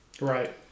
Right